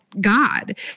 God